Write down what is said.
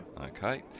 okay